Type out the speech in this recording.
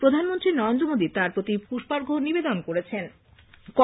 প্রধানমন্ত্রী নরেন্দ্র মোদী তাঁর প্রতি পুষ্পার্ঘ্য নিবেদন করেছেন